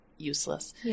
useless